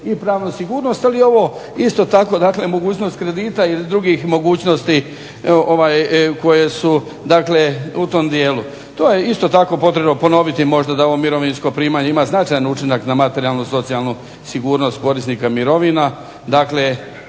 i pravnu sigurnost ali i ovo isto tako. Dakle, mogućnost kredita i drugih mogućnosti koje su dakle u tom dijelu. To je isto tako potrebno ponoviti možda da ovo mirovinsko primanje ima značajan učinak na materijalnu, socijalnu sigurnost korisnika mirovina, dakle